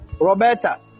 Roberta